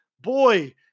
boy